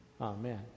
Amen